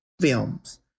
films